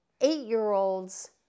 eight-year-olds